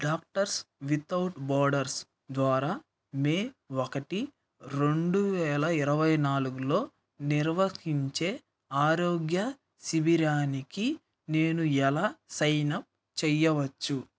doctors without borders ద్వారా May ఒకటి రెండు వేల ఇరవై నాలుగులో నిర్వహించే ఆరోగ్య శిబిరానికి నేను ఎలా సైన్ అప్ చేయవచ్చు